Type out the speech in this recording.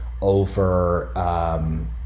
over